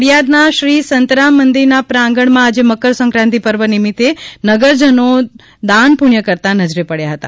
નડીઆદના શ્રી સંતરામ મંદિરના પ્રાંગણમાં આજે મકરસંક્રાંતિ પર્વ નિમિતે નગરજનો દાનપુણ્ય કરતા નજરે પડ્યા હતા